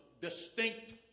distinct